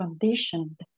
conditioned